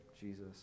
Jesus